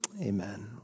Amen